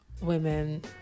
women